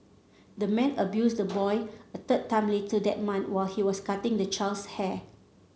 the man abused the boy a third time later that month while he was cutting the child's hair